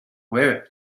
wear